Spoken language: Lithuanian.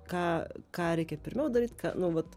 ką ką reikia pirmiau daryt ką nu vat